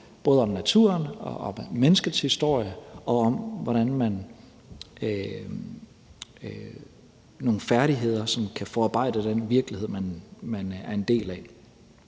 både om naturen, om menneskets historie og i forhold til nogle færdigheder, som kan bearbejde den virkelighed, man er en del af.